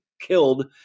killed